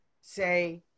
say